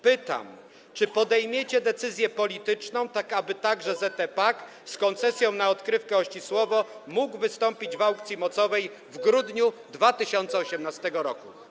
Pytam: Czy podejmiecie decyzję polityczną, tak aby także ZE PAK z koncesją na odkrywkę Ościsłowo mógł wystąpić w aukcji mocowej w grudniu 2018 r.